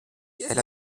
elle